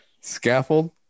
Scaffold